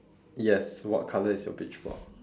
yes what color is your beach ball